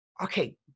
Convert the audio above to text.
Okay